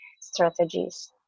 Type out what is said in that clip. strategies